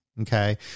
Okay